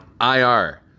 IR